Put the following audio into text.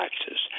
taxes